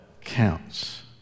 counts